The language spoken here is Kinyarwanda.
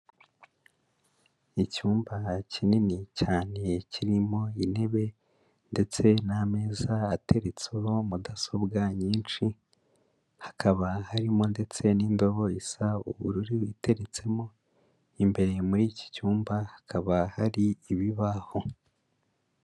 Icyumba kinini cyane, kirimo intebe ndetse n'ameza ateretseho mudasobwa nyinshi, hakaba harimo ndetse n'indobo isa ubururu iteretsemo, imbere muri iki cyumba hakaba hari ibibaho.